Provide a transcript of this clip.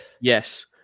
yes